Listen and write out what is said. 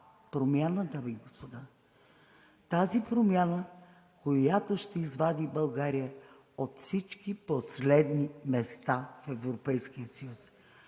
Промяна, дами и господа! Тази промяна, която ще извади България от всички последни места в Европейския съюз,